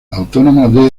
autónoma